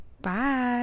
bye